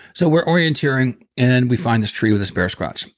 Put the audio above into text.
so we're orienteering and we find this tree with this bear scratch.